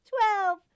twelve